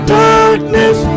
darkness